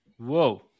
whoa